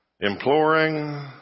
imploring